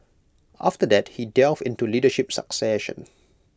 after that he delved into leadership succession